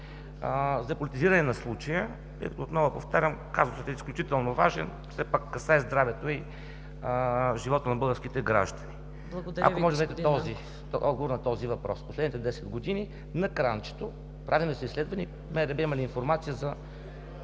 за политизиране на случая като, отново повтарям, казусът е изключително важен. Все пак касае здравето и живота на българските граждани. Ако може да дадете отговор на този въпрос – в последните десет години на кранчето правени ли са изследвания и МРРБ има ли информация за